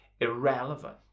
irrelevant